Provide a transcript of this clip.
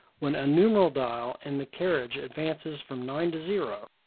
when a numeral dial in the carriage advances from nine to zero,